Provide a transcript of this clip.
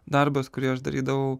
darbas kurį aš darydavau